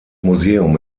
museum